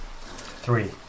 Three